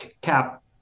cap